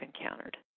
encountered